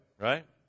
right